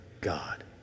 God